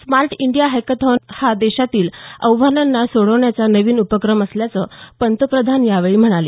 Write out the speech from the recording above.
smart India hackathon हा देशातील आव्हानांना सोडविण्यासाठीचा नवीन उपक्रम असल्याचं पंतप्रधान यावेळी म्हणाले